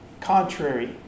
contrary